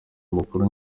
amakuru